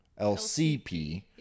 LCP